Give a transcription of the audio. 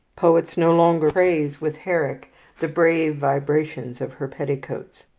poets no longer praise with herrick the brave vibrations of her petticoats.